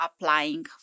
applying